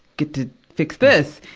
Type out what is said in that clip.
get to fix this.